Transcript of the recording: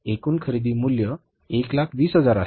एकूण खरेदी मूल्य 120000 आहे